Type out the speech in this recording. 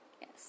Yes